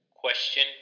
Question